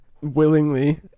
willingly